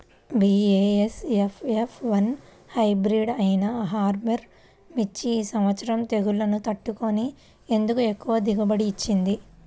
BASF F one hybrid అయినా ఆర్ముర్ మిర్చి ఈ సంవత్సరం తెగుళ్లును తట్టుకొని ఎందుకు ఎక్కువ దిగుబడి ఇచ్చింది?